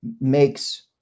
makes